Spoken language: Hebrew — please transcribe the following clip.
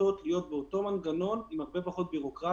כי עדיף לעמותות להיות במנגנון עם הרבה פחות בירוקרטיה,